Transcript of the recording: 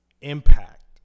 impact